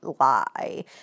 lie